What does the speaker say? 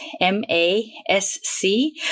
M-A-S-C